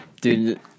Dude